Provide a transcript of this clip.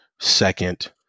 second